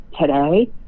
today